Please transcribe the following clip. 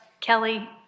Kelly